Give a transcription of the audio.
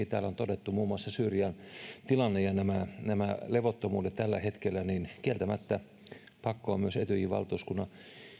täällä on todettu muun muassa syyrian tilanne ja nämä nämä levottomuudet tällä hetkellä niin kieltämättä pakko on etyjin valtuuskunnan